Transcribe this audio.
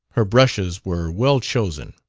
her brushes were well-chosen,